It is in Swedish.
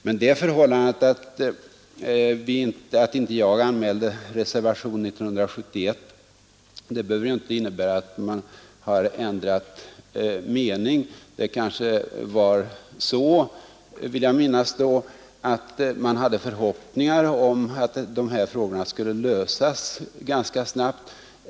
Men den omständigheten att jag inte anmälde reservation år 1971 behöver ju inte innebära att jag har ändrat mening. Jag vill minnas att man då hade förhoppningar om att de här frågorna skulle lösas ganska snabbt.